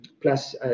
plus